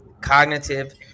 cognitive